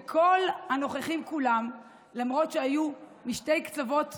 וכל הנוכחים כולם, למרות שהיו משני קצוות,